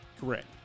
Correct